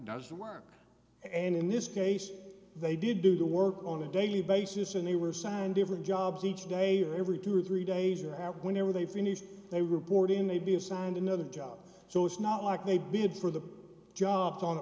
does the work and in this case they did do the work on a daily basis and they were assigned different jobs each day or every two or three days or whenever they finished a reporting may be assigned another job so it's not like they bid for the job on a